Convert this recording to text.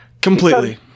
Completely